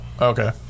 okay